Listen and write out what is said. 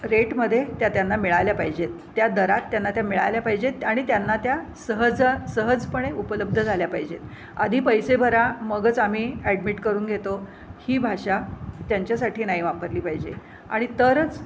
रेटमधे त्या त्यांना मिळाल्या पाहिजेत त्या दरात त्यांना त्या मिळाल्या पाहिजेत आणि त्यांना त्या सहजा सहजपणे उपलब्ध झाल्या पाहिजेत आधी पैसे भरा मगच आम्ही ॲडमिट करून घेतो ही भाषा त्यांच्यासाठी नाही वापरली पाहिजे आणि तरच